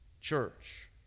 church